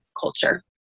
culture